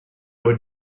would